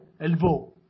elbow